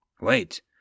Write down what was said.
Wait